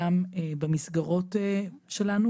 גם במסגרות שלנו,